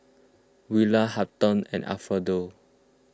Willa Hampton and Alfredo